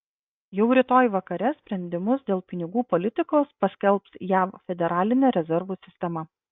jau rytoj vakare sprendimus dėl pinigų politikos paskelbs jav federalinė rezervų sistema